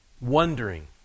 wondering